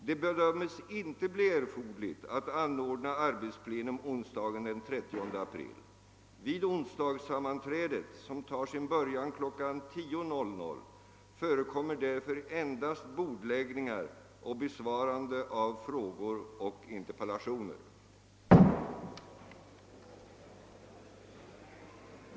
Det bedömes inte bli erforderligt att anordna arbetsplenum onsdagen den 30 april. Vid onsdagssammanträdet, som tar sin början kl. 10.00, förekommer därför endast bordläggningar och besvarande av frågor och interpellationer.